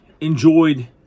enjoyed